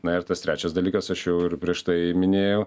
na ir tas trečias dalykas aš jau ir prieš tai minėjau